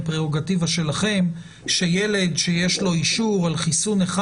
פרורוגטיבה שלכם לגבי ילד שיש לו אישור על חיסון אחד.